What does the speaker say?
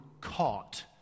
caught